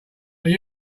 are